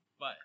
bye